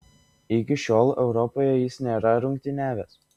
iki šiol europoje jis nėra rungtyniavęs